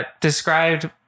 described